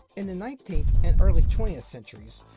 in the nineteenth and early twentieth centuries,